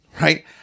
right